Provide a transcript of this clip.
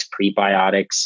prebiotics